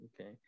okay